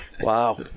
Wow